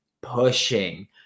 pushing